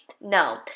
No